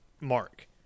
mark